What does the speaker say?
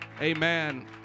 amen